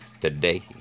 today